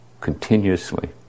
continuously